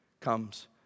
comes